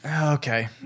Okay